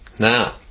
Now